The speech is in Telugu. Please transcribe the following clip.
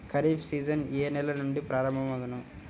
ఖరీఫ్ సీజన్ ఏ నెల నుండి ప్రారంభం అగును?